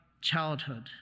childhood